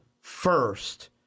first